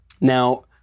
Now